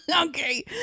Okay